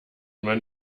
man